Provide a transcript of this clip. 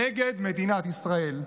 נגד מדינת ישראל".